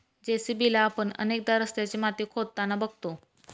JCB ला आपण अनेकदा रस्त्याची माती खोदताना बघतो